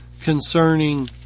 concerning